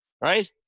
right